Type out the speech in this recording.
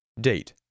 Date